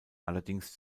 allerdings